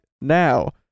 now